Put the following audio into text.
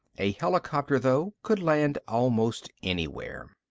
a helicopter, though, could land almost anywhere.